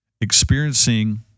experiencing